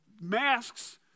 masks